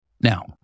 now